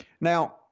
Now